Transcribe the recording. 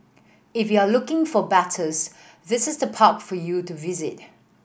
if you're looking for battles this is the park for you to visit